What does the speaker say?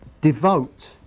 Devote